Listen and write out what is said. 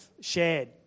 shared